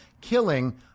killing